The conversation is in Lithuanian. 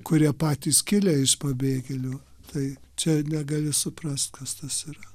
kurie patys kilę iš pabėgėlių tai čia negali suprast kas tas yra